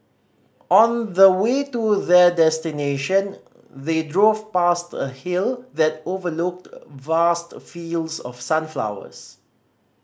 on the way to their destination they drove past a hill that overlooked vast fields of sunflowers